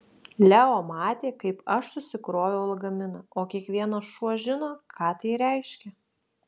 leo matė kaip aš susikroviau lagaminą o kiekvienas šuo žino ką tai reiškia